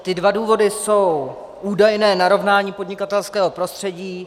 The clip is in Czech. Ty dva důvody jsou údajné narovnání podnikatelského prostředí.